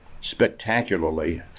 spectacularly